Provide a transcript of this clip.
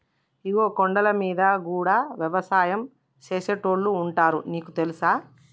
ఇగో కొండలమీద గూడా యవసాయం సేసేటోళ్లు ఉంటారు నీకు తెలుసా